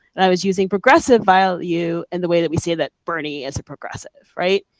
i was using progressive value in the way that we say that bernie is a progressive right?